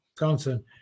Wisconsin